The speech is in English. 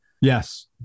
Yes